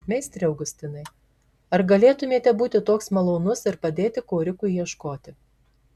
meistre augustinai ar galėtumėte būti toks malonus ir padėti korikui ieškoti